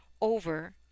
over